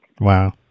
Wow